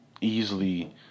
easily